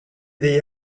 degli